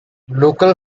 local